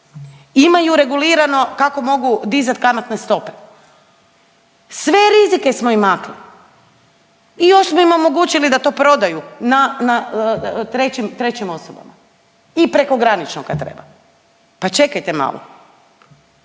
imaju regulirano kako mogu dizati kamatne stope, sve rizike smo im makli i još smo im omogućili da to prodaju na, na, trećim osobama i prekogranično, kad treba. Pa čekajte malo.